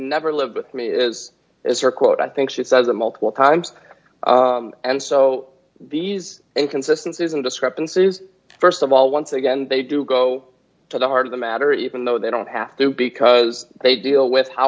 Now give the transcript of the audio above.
never live with me is as her quote i think she says a multiple times and so these inconsistency isn't discrepancies st of all once again they do go to the heart of the matter even though they don't have to because they deal with how